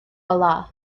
allah